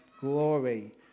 glory